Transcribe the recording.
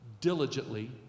diligently